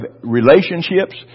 relationships